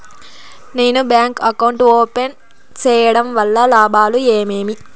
నేను bank account open సేయడం వల్ల లాభాలు ఏమేమి?